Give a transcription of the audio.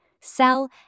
sell